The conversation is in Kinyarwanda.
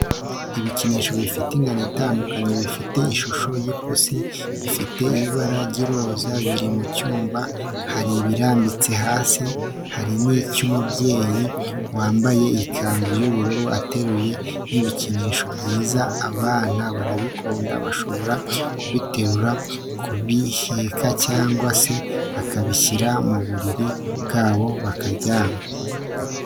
Ibikinisho bifite ingano itandukanye bifite ishusho y'ipusi, bifite ibara ry'iroza, biri mu cyumba hari ibirambitse hasi hari n'icyo umubyeyi wambaye ikanzu y'ubururu, ateruye n'ibikinisho byiza abana barabikunda bashobora kubiterura kubiheka cyangwa se bakabishyira mu buriri bwabo bakaryamana.